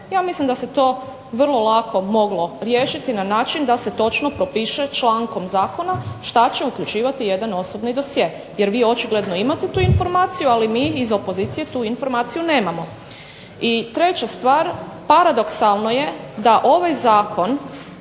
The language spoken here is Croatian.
Ja mislim da se to vrlo lako moglo riješiti na način da se točno propiše člankom zakona što će uključivati jedan osobni dosje. Jer vi očigledno imate tu informaciju, ali mi iz opozicije tu informaciju nemamo. I treća stvar, paradoksalno je da ovaj zakon